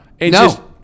no